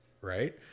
right